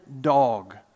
dog